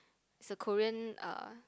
is a Korean uh